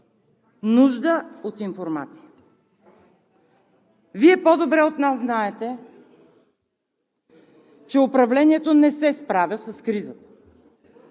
Нужда от информация! Вие по-добре от нас знаете, че управлението не се справя с кризата,